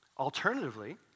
Alternatively